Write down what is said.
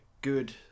good